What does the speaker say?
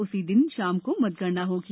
उसी दिन शाम को मतगणना होगी